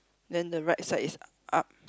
then the right side is uh up